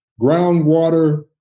Groundwater